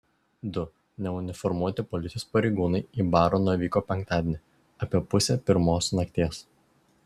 du neuniformuoti policijos pareigūnai į barą nuvyko penktadienį apie pusę pirmos nakties